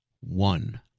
One